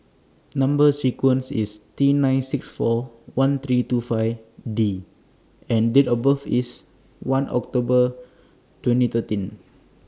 Number sequence IS T nine six four one three two five D and Date of birth IS one October twenty thirteen